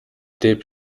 deep